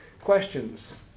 questions